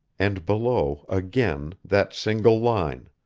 and below, again, that single line